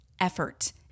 effort